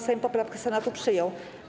Sejm poprawkę Senatu przyjął.